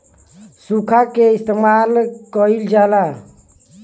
सुखा के इस्तेमाल कइल जाला